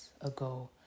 ago